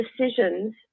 decisions